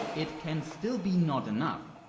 it can still be not enough.